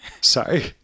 Sorry